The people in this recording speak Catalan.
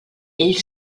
ell